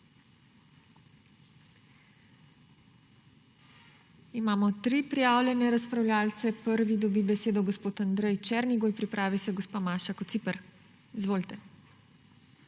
Imamo tri prijavljene razpravljavce. Prvi dobi besedo gospod Andrej Černigoj, pripravi se gospa Maša Kociper. Izvolite.